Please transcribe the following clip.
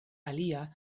alia